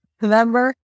remember